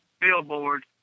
billboard